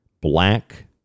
black